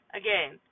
again